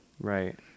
Right